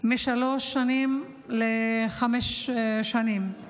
משלוש שנים לחמש שנים.